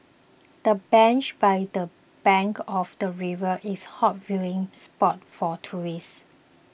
the bench by the bank of the river is a hot viewing spot for tourists